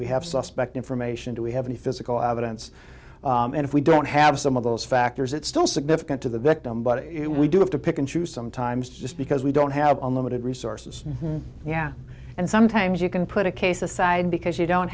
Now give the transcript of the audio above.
we have suspect information do we have any physical evidence and if we don't have some of those factors it's still significant to the victim but we do have to pick and choose sometimes just because we don't have unlimited resources yeah and sometimes you can put a case aside because you don't